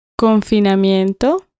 Confinamiento